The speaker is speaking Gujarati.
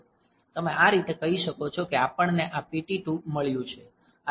તમે આ રીતે કહી શકો કે આપણને આ PT2 મળ્યું છે